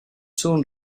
soon